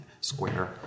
square